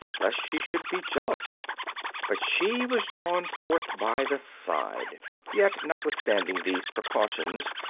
lest she should be jealous but she was drawn forth by the side yet, notwithstanding these precautions,